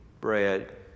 bread